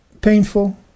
painful